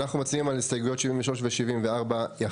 אנחנו מצביעים על הסתייגויות 73 ו-74 יחדיו.